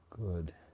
good